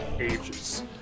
ages